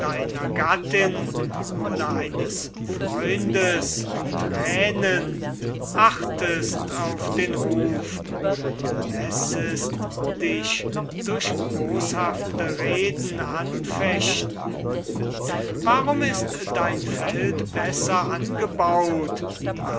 gattin oder eines freundes thränen achtest auf den ruf und lässest dich durch boshafte reden anfechten warum ist dein feld besser angebaut